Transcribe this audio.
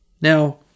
Now